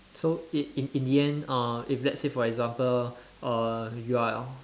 so in in in the end uh if let's say your example err you are